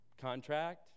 contract